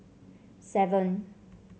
seven